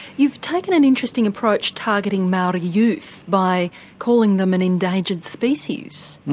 you've taken an interesting approach targeting maori youth by calling them an endangered species.